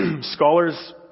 scholars